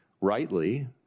rightly